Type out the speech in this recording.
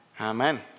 Amen